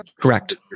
Correct